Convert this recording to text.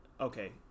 Okay